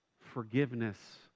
forgiveness